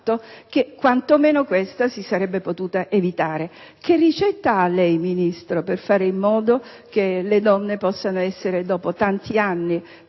Che ricetta ha lei, Ministro, per fare in modo che le donne, dopo tanti anni